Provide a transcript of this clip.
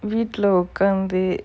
வீட்ல உக்காந்து:veetla ukkaanthu